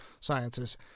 sciences